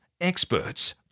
experts